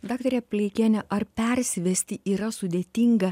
daktare pleikiene ar persivesti yra sudėtinga